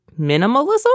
minimalism